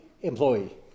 employee